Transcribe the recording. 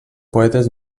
poetes